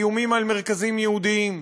איומים על מרכזים יהודיים.